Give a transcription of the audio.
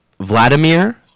Vladimir